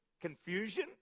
confusion